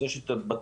אז יש את בטיחה,